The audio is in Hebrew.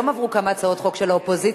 היום עברו כמה הצעות חוק של האופוזיציה,